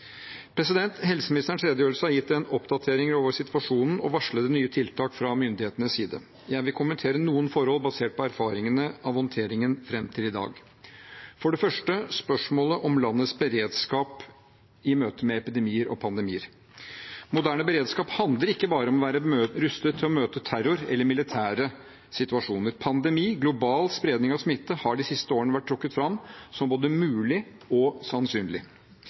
Helseministerens redegjørelse har gitt en oppdatering av situasjonen og varslede nye tiltak fra myndighetenes side. Jeg vil kommentere noen forhold basert på erfaringene av håndteringen fram til i dag. For det første gjelder det spørsmålet om landets beredskap i møte med epidemier og pandemier. Moderne beredskap handler ikke bare om å være rustet til å møte terror eller militære situasjoner. En pandemi, global spredning av smitte, har de siste årene vært trukket fram som både mulig og sannsynlig.